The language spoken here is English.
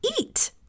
eat